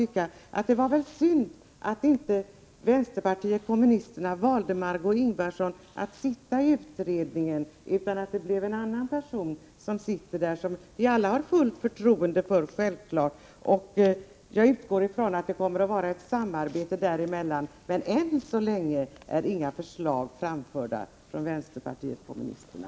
Det tillkommer naturligtvis inte mig att ha någon uppfattning om detta eller att anlägga några synpunkter på det, men jag kan väl så att säga rakt ut i luften få göra denna reflexion. Jag utgår från att det kommer att bli ett samarbete därvidlag, men än så länge är inga förslag framförda från vänsterpartiet kommunisterna.